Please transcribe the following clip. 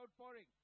outpouring